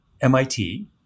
MIT